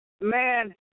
Man